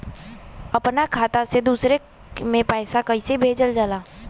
अपना खाता से दूसरा में पैसा कईसे भेजल जाला?